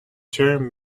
term